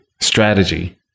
strategy